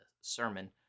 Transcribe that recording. sermon